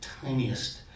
tiniest